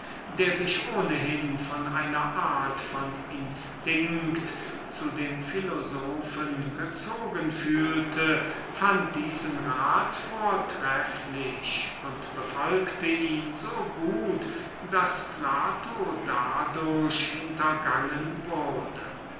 der sich ohnehin von einer art von instinkt zu dem philosophen gezogen fühlte befolgte diesen rat so gut daß plato davon hintergangen wurde